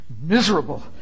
miserable